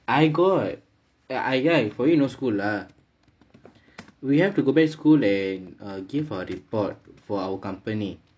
I got eh !aiya! for you no school lah we have to go back school and give a report for our company